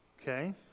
Okay